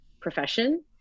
profession